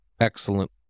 excellent